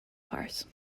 farce